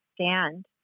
stand